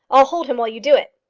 i'll hold him while you do it.